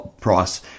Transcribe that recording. price